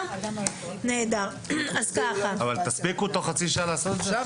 אבל תספיקו תוך חצי שעה לעשות את זה?